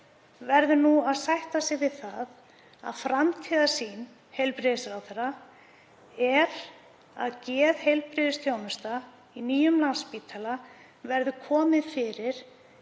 verður nú að sætta sig við það að framtíðarsýn heilbrigðisráðherra sé að geðheilbrigðisþjónustu á nýjum Landspítala verði komið fyrir